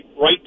right